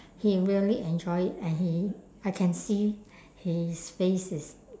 he really enjoy it and he I can see his face is